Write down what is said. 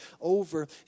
over